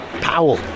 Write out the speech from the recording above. Powell